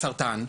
סרטן,